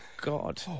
God